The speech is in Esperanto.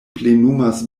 plenumas